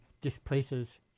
displaces